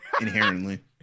inherently